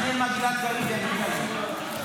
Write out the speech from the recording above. מעניין מה גלעד קריב יגיד על זה.